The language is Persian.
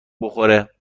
بخوره